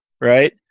right